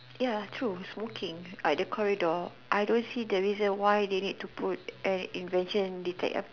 ya true smoking at the corridor I don't see the reason why they need to put an invention detect